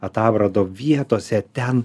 atabrado vietose ten